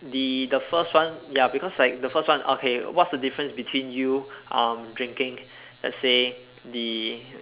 the the first one ya because like the first one okay what's the difference between you um drinking let's say the